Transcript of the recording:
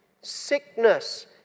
Sickness